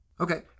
Okay